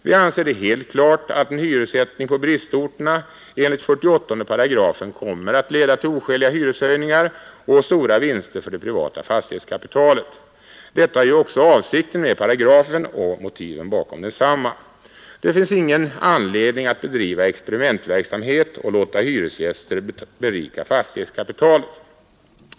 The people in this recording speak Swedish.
Vi anser det helt klart att en hyressättning på bristorterna enligt 48 § kommer att leda till oskäliga hyreshöjningar och stora vinster för det privata fastighetskapitalet. Detta är ju också avsikten med paragrafen och motiven bakom densamma. Det finns ingen anledning att bedriva experimentverksamhet och låta hyresgästerna berika fastighetskapitalet.